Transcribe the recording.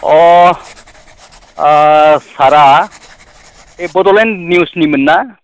अ सारआ बड'लेण्ड निउसनिमोन ना